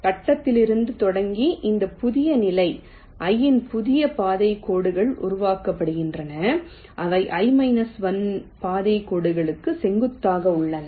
கட்டத்திலிருந்து தொடங்கி இந்த புதிய நிலை 'I' இன் புதிய பாதைக் கோடுகள் உருவாக்கப்படுகின்றன அவை i 1 இன் பாதைக் கோட்டுக்கு செங்குத்தாக உள்ளன